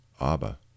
Abba